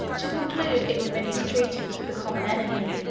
to conclude ignominious treaties with the common enemy,